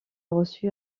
reçu